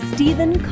Stephen